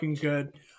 good